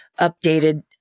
updated